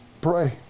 pray